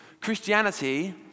Christianity